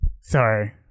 Sorry